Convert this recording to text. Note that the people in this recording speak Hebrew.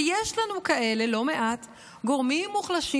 ויש לנו כאלה לא מעט גורמים מוחלשים